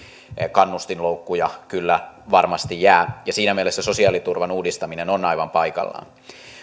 kannustinloukkuja kyllä varmasti jää ja siinä mielessä sosiaaliturvan uudistaminen on aivan paikallaan